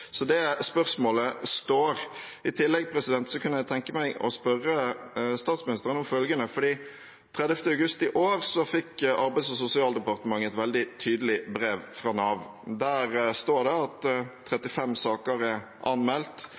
Så det spørsmålet står. I tillegg kunne jeg tenke meg å spørre statsministeren om følgende: Den 30. august i år fikk Arbeids- og sosialdepartementet et veldig tydelig brev fra Nav. Der står det at 35 saker er anmeldt,